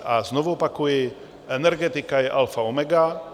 A znovu opakuji, energetika je alfa i omega.